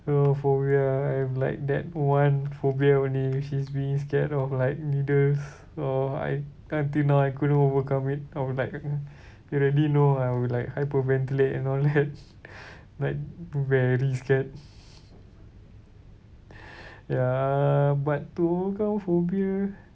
so phobia I've like that one phobia only which is being scared of like needles so I until now I couldn't overcome it I will like you already know I will like hyperventilate and all that like very scared ya uh but to overcome phobia